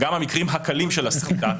גם המקרים "הקלים" של הסחיטה,